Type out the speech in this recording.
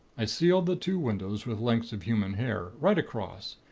i sealed the two windows with lengths of human hair, right across,